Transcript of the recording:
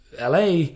LA